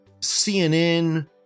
CNN